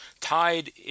Tied